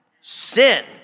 Sin